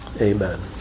Amen